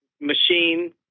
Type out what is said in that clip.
Machine